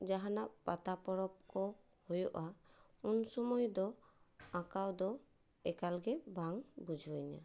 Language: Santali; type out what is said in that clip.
ᱡᱟᱦᱟᱱᱟᱜ ᱯᱟᱛᱟ ᱯᱚᱨᱚᱵᱽ ᱠᱚ ᱦᱩᱭᱩᱜᱼᱟ ᱩᱱᱥᱳᱢᱳᱭ ᱫᱚ ᱟᱸᱠᱟᱣ ᱫᱚ ᱮᱠᱟᱞᱜᱮ ᱵᱟᱝ ᱵᱩᱡᱷᱟᱹᱣᱤᱧᱟᱹ